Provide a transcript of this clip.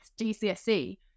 GCSE